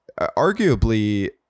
arguably